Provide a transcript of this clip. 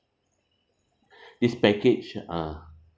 this package uh